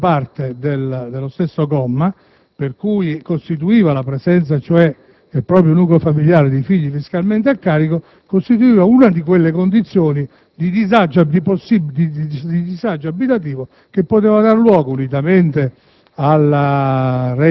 nella parte iniziale dello stesso comma: da ciò derivava che la presenza nel proprio nucleo familiare di figli fiscalmente a carico costituiva una di quelle condizioni di disagio abitativo che poteva dar luogo, unitamente